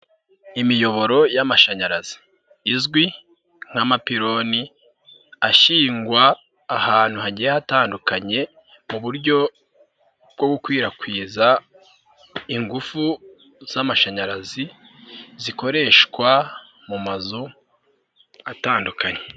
Imiyoboro y'amashanyarazi izwi nk'amapiloni. Ashingwa ahantu hagiye hatandukanye mu buryo bwo gukwirakwiza ingufu z'amashanyarazi, zikoreshwa mu mazu atandukanye.